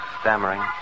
stammering